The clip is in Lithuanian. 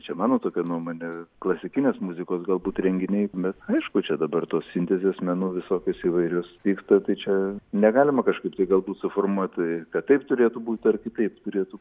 čia mano tokia nuomone klasikinės muzikos galbūt renginiai bet aišku čia dabar tos sintezės menų visokios įvairios vyksta tai čia negalima kažkaip tai galbūt suformatuoti kad taip turėtų būt ar kitaip turėtų